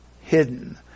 hidden